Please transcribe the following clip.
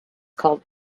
called